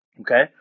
Okay